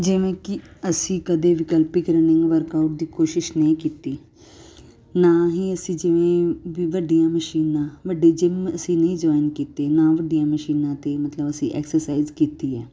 ਜਿਵੇਂ ਕਿ ਅਸੀਂ ਕਦੇ ਵਿਕਲਪਿਕ ਰਨਿੰਗ ਵਰਕਆਊਟ ਦੀ ਕੋਸ਼ਿਸ਼ ਨਹੀਂ ਕੀਤੀ ਨਾ ਹੀ ਅਸੀਂ ਜਿਵੇਂ ਵੀ ਵੱਡੀਆਂ ਮਸ਼ੀਨਾਂ ਵੱਡੇ ਜਿਮ ਅਸੀਂ ਨਹੀਂ ਜੁਆਇਨ ਕੀਤੇ ਨਾ ਵੱਡੀਆਂ ਮਸ਼ੀਨਾਂ 'ਤੇ ਮਤਲਬ ਅਸੀਂ ਐਕਸਰਸਾਈਜ਼ ਕੀਤੀ ਹੈ